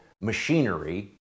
machinery